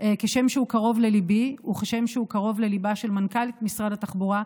כשם שהוא קרוב לליבי וכשם שהוא קרוב לליבה של מנכ"לית משרד התחבורה,